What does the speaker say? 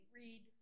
read